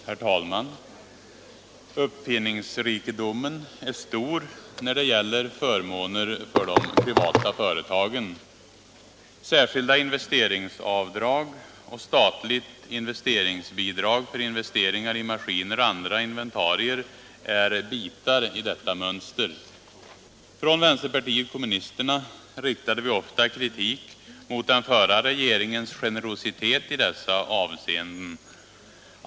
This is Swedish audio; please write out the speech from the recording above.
Herr talman! Uppfinningsrikedomen är stor när det gäller förmåner för de privata företagen. Särskilda investeringsavdrag och statligt investeringsbidrag för investeringar i maskiner och andra inventarier är bitar i detta mönster. Från vänsterpartiet kommunisterna riktade vi ofta kritik mot den förra regeringens generositet i dessa avseenden.